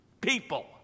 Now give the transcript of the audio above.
People